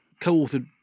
co-authored